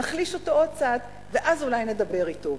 נחליש אותו עוד קצת, ואז אולי נדבר אתו.